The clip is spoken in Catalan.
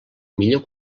millor